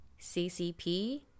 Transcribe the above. CCP